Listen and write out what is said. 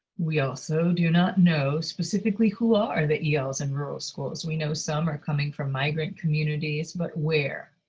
we also do not know specifically who are the yeah els in rural schools. we know some are coming from migrant communities. but where?